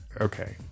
okay